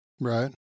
Right